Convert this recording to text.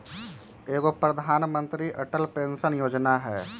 एगो प्रधानमंत्री अटल पेंसन योजना है?